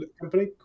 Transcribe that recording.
company